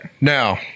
now